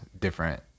different